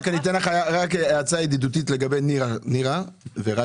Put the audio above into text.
רק הצעה ידידותית לגבי נירה וג'ידא